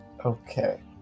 Okay